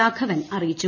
രാഘവൻ അറിയിച്ചു